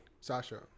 Sasha